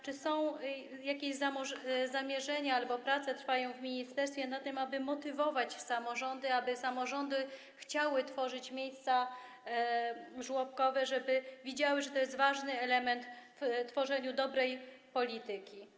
Czy są jakieś zamierzenia albo trwają w ministerstwie prace na tym, aby motywować samorządy, aby samorządy chciały tworzyć miejsca żłobkowe, żeby widziały, że to jest ważny element w tworzeniu dobrej polityki?